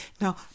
Now